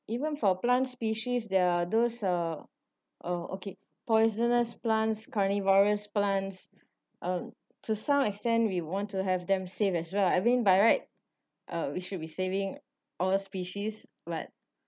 even for plant species there are those uh oh okay poisonous plants currently plants um to some extent we want to have them save as well I mean by right uh we should be saving all the species but